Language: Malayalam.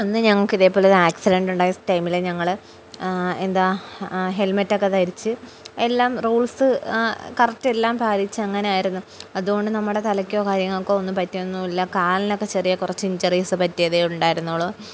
ഒന്ന് ഞങ്ങക്ക് ഇതേപോലെ ആക്സിഡൻറ് ഉണ്ടായ ടൈമില് ഞങ്ങള് എന്താ ഹെൽമറ്റൊക്കെ ധരിച്ച് എല്ലാം റൂൾസ് കറക്റ്റ് എല്ലാം പരിച്ച് അങ്ങനെയായിരുന്നു അതുകൊണ്ട് നമ്മടെ തലയ്ക്കോ കാര്യങ്ങൊക്കോ ഒന്നും പറ്റിയൊന്നും ഇല്ല കാലിനൊക്കെ ചെറിയ കൊറച്ച് ഇഞ്ചറീസ് പറ്റിയതേ ഉണ്ടായിുന്നളൂ